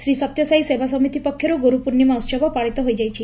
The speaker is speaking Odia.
ଶ୍ରୀସତ୍ୟସାଇ ସେବା ସମିତି ପକ୍ଷରୁ ଗୁରୁ ପୂର୍ଶ୍ରିମା ଉସ୍ବ ପାଳିତ ହୋଇଥିଲା